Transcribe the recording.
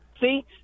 See